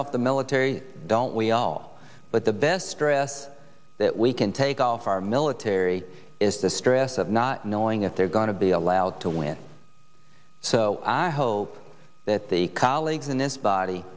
off the military don't we all but the best stress that we can take off our military is the stress of not knowing if they're going to be allowed to win so i hope that the ollie's in this body